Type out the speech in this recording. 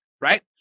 Right